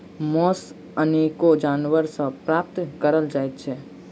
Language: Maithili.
मौस अनेको जानवर सॅ प्राप्त करल जाइत छै